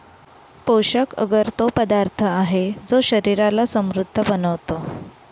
पोषक अगर तो पदार्थ आहे, जो शरीराला समृद्ध बनवतो